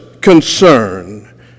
concern